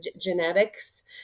genetics